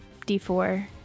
d4